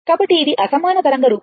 కాబట్టి ఇది అసమాన తరంగ రూపం